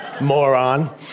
Moron